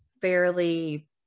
fairly